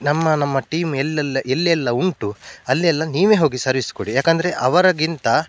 ನಮ್ಮ ನಮ್ಮ ಟೀಮ್ ಎಲ್ಲೆಲ್ಲಿ ಎಲ್ಲೆಲ್ಲಿ ಉಂಟು ಅಲ್ಲೆಲ್ಲ ನೀವೇ ಹೋಗಿ ಸರ್ವೀಸ್ ಕೊಡಿ ಏಕಂದ್ರೆ ಅವರಿಗಿಂತ